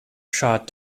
shot